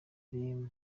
ari